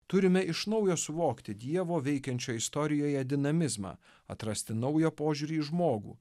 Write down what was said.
turime iš naujo suvokti dievo veikiančioje istorijoje dinamizmą atrasti naują požiūrį į žmogų